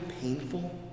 painful